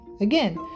Again